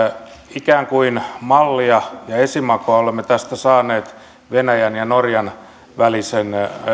ikään kuin mallia ja esimakua olemme tästä saaneet venäjän ja norjan välisen